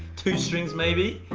two strings, maybe?